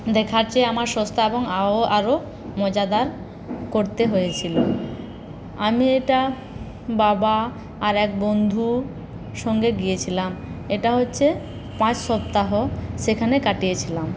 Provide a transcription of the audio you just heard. দেখাচ্ছে আমার সস্তা আরো মজাদার করতে হয়েছিল আমি এটা বাবা আরেক বন্ধু সঙ্গে গিয়েছিলাম এটা হচ্ছে পাঁচ সপ্তাহ সেখানে কাটিয়েছিলাম